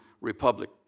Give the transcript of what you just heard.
Republic